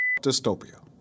dystopia